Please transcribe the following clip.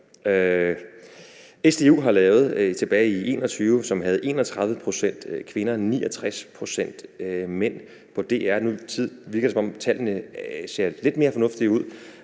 SDU har lavet tilbage i 2021. Der var 31 pct. kvinder og 69 pct. mænd på DR. Nu virker det, som om tallene ser lidt mere fornuftige ud,